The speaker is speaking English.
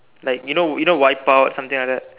like you know you know wipeout something like that